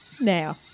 Now